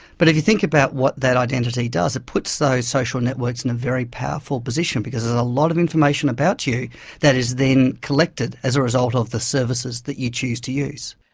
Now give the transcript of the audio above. but if you think about what that identity does, it puts those social networks in a very powerful position because there's a lot of information about you that is then collected as a result of the services that you choose to use.